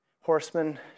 horsemen